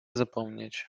zapomnieć